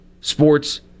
sports